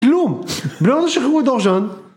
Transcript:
כלום, ברור שזה גורדוג'ן.